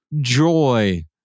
joy